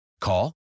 Call